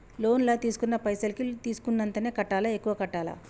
Loan లా తీస్కున్న పైసల్ కి తీస్కున్నంతనే కట్టాలా? ఎక్కువ కట్టాలా?